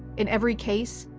in every case,